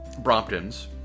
Bromptons